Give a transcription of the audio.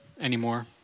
anymore